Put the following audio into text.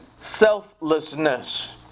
selflessness